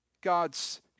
God's